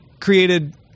created